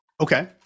okay